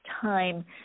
time